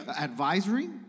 advisory